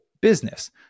business